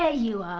ah you are!